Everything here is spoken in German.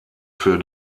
für